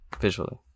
visually